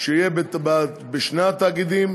שיהיה בשני התאגידים,